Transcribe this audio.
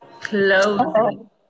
clothing